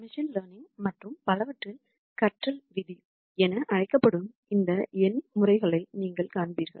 machine learning மற்றும் பலவற்றில் கற்றல் விதி என அழைக்கப்படும் இந்த நியூ மெடிக்கல் நியூமரிகள் ம மேத்ரட்ஸ் நீங்கள் காண்பீர்கள்